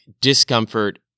discomfort